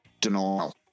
denial